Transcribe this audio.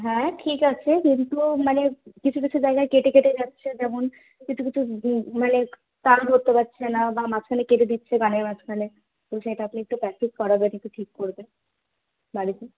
হ্যাঁ ঠিক আছে কিন্তু মানে কিছু কিছু জায়গায় কেটে কেটে যাচ্ছে যেমন কিছু কিছু মানে তাল ধরতে পারছে না বা মাঝখানে কেটে দিচ্ছে গানের মাঝখানে তো সেটা আপনি একটু প্র্যাকটিস করাবেন একটু ঠিক করবে বাড়িতে